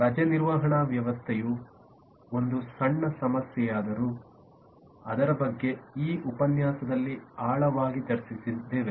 ರಜೆ ನಿರ್ವಹಣಾ ವ್ಯವಸ್ಥೆಯು ಒಂದು ಸಣ್ಣ ಸಮಸ್ಯೆಯಾದರೂ ಅದರ ಬಗ್ಗೆ ಈ ಉಪನ್ಯಾಸದಲ್ಲಿ ಆಳವಾಗಿ ಚರ್ಚಿಸಿದ್ದೇವೆ